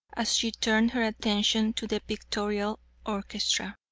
as she turned her attention to the pictorial orchestra.